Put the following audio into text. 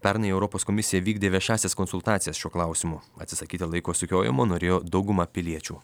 pernai europos komisija vykdė viešąsias konsultacijas šiuo klausimu atsisakyta laiko sukiojimo norėjo dauguma piliečių